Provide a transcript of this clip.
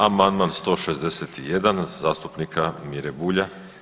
Amandman 161. zastupnika Mire Bulja.